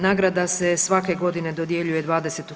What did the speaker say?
Nagrada se svake godine dodjeljuje 20.